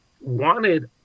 wanted